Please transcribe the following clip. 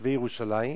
לתושבי ירושלים,